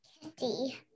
Kitty